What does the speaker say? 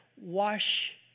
wash